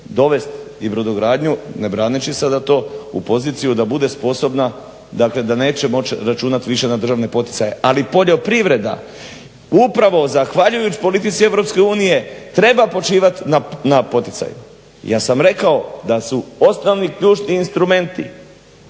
dovest i brodogradnju ne braneći se za to u poziciju da bude sposobna. Dakle da neće moći više računati na državne poticaje. Ali poljoprivreda upravo zahvaljujući politici EU treba počivati na poticaju. Ja sam rekao da su osnovni ključni instrumenti